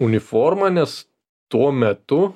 uniformą nes tuo metu